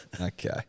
Okay